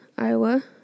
Iowa